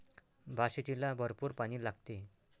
भातशेतीला भरपूर पाणी लागते